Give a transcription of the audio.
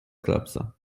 klapsa